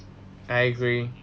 I agree